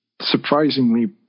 surprisingly